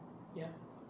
ya